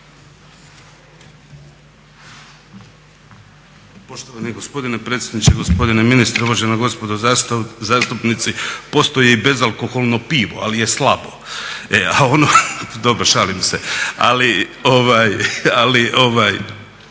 Poštovani gospodine predsjedniče, gospodine ministre, uvažena gospodo zastupnici. Postoji i bezalkoholno pivo, ali je slabo. Dobro, šalim se. Ali ono